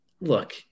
look